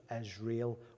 Israel